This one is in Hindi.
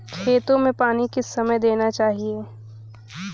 खेतों में पानी किस समय देना चाहिए?